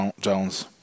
Jones